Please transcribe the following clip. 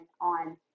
on